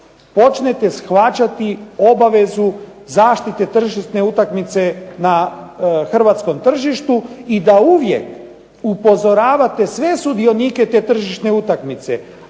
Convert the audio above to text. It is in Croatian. počnete shvaćati obavezu zaštite tržišne utakmice na hrvatskom tržištu i da uvijek upozoravate sve sudionike te tržišne utakmice,